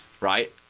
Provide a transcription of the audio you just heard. right